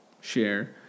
share